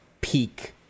peak